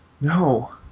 No